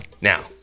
now